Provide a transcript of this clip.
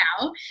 now